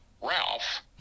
Ralph